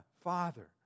Father